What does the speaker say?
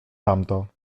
tamto